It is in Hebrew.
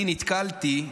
אני נתקלתי,